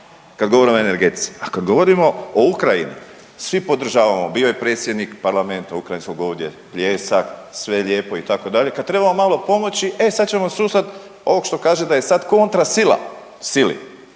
kad govorimo o energetici, a kad govorimo o Ukrajini, svi podržavamo, bio je predsjednik parlamenta ukrajinskog ovdje, pljesak, sve lijepo, itd., kad trebamo malo pomoći, e sad ćemo .../Govornik se ne razumije./... ovog što kaže da je sad kontrasila sili,